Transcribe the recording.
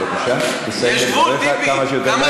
בבקשה, תסיים את דבריך כמה שיותר מהר.